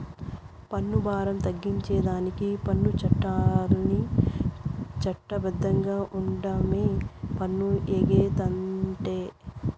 పన్ను బారం తగ్గించేదానికి పన్ను చట్టాల్ని చట్ట బద్ధంగా ఓండమే పన్ను ఎగేతంటే